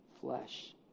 flesh